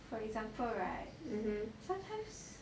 for example right sometimes